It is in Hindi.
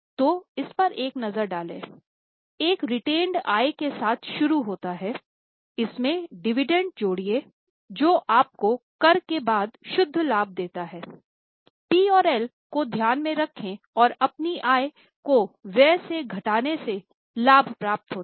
तो इस पर एक नज़र डालें यह रेटेनेड आय के साथ शुरू होता हैइस में डिविडेंड जोडरिये जो आपको कर के बाद शुद्ध लाभ देता है पी और एल को ध्यान में रखें और अपनी आय को व्यय से घटाने से लाभ प्राप्त होता है